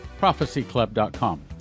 prophecyclub.com